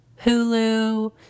Hulu